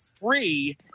free